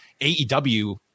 AEW